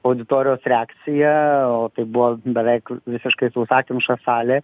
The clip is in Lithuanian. auditorijos reakcija o tai buvo beveik visiškai sausakimša salė